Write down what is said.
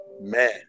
man